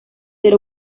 ser